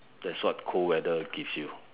that's what cold weather gives you